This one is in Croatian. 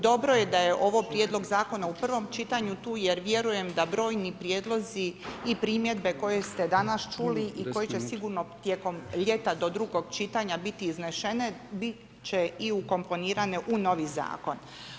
Dobro je da je ovo prijedlog zakona u prvom čitanju tu jer vjerujem da brojni prijedlozi i primjedbe koje ste danas čuli i koje će sigurno tijekom ljeta do drugog čitanja biti iznešene, bit će i ukomponirane u novi zakon.